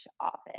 office